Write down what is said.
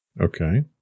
Okay